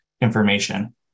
information